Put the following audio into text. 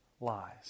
lies